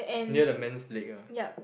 near the man's leg ah